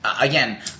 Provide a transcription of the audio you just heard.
again